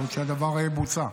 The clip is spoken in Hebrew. לראות שהדבר בוצע,